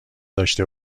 داشته